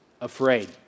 afraid